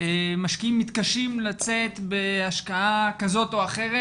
משקיעים מתקשים לצאת בהשקעה כזאת או אחרת